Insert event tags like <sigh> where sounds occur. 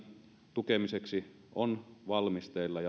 tukemiseksi on valmisteilla <unintelligible>